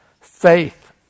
Faith